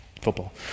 football